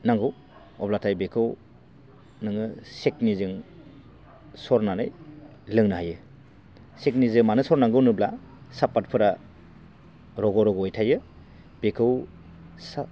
नांगौ अब्लाथाय बेखौ नोङो चेतनिजों सरनानै लोंनो हायो चेतनिजों मानो सरनांगौ होनोब्ला साफातफोरा रग' रग'यै थायो बेखौ सा